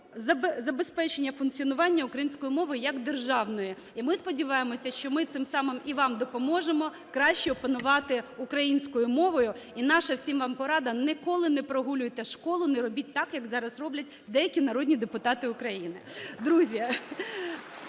забезпечення функціонування української мови як державної, і ми сподіваємося, що ми цим самим і вам допоможемо краще опанувати українську мову. І наша всім вам порада – ніколи не прогулюйте школу, не робіть так, як зараз роблять деякі народні депутати України. Друзі,